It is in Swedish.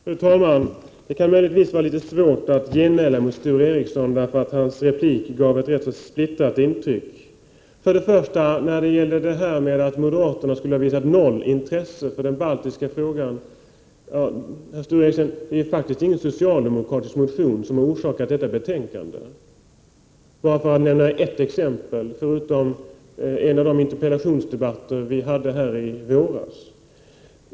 Fru talman! Det kan möjligtvis vara lite svårt att genmäla mot Sture Ericson, därför att hans replik gav ett ganska splittrat intryck. När det gäller att moderaterna skulle ha visat noll intresse för den baltiska frågan, vill jag, för att nämna ett exempel, påpeka för Sture Ericson att det faktiskt inte är någon socialdemokratisk motion som ligger till grund för detta betänkande. Vidare deltog vi i en interpellationsdebatt här i kammaren i våras.